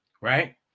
Right